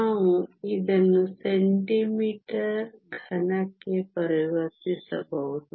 ನಾವು ಇದನ್ನು ಸೆಂಟಿಮೀಟರ್ ಘನಕ್ಕೆ ಪರಿವರ್ತಿಸಬಹುದು